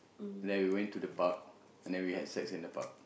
then we went to the park and then we had sex in the park